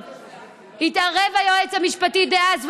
התערב היועץ המשפטי דאז,